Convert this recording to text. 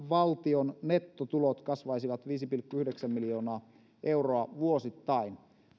valtion nettotulot kasvaisivat viisi pilkku yhdeksän miljoonaa euroa vuosittain